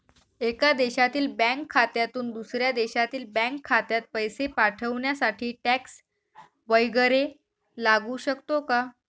एका देशातील बँक खात्यातून दुसऱ्या देशातील बँक खात्यात पैसे पाठवण्यासाठी टॅक्स वैगरे लागू शकतो का?